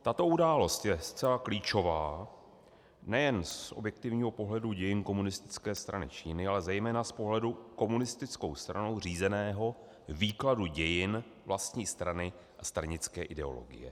Tato událost je zcela klíčová nejen z objektivního pohledu dějin Komunistické strany Číny, ale zejména z pohledu komunistickou stranou řízeného výkladu dějin vlastní strany a stranické ideologie.